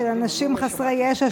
של אנשים חסרי ישע,